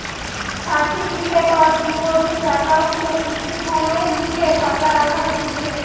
certificate of deposit একাউন্টে কিছু সময়ের লিগে টাকা রাখা হতিছে